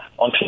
on